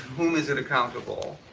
whom is it accountable?